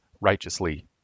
righteously